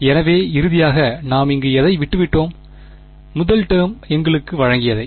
எனவே இறுதியாக நாம் இங்கு எதை விட்டுவிட்டோம் முதல் டேர்ம் எங்களுக்கு வழங்கியதை